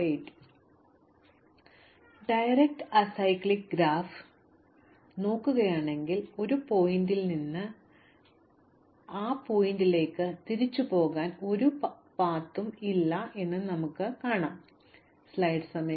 അതിനാൽ സംവിധാനം ചെയ്ത അസൈക്ലിക്ക് ഗ്രാഫ് ഒരു സംവിധാനം ചെയ്ത ഗ്രാഫ് മാത്രമാണെന്നും അതിൽ ഏതെങ്കിലും ശീർഷകത്തിൽ നിന്ന് തന്നിലേക്ക് തന്നെ തിരിച്ചുപോകാൻ പാതയില്ലെന്നും അതിനാൽ ഇത് നേരിട്ടുള്ളതും അസൈക്ലിക്ക് ആണെന്നും ഓർക്കുക